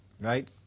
right